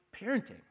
parenting